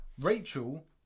Rachel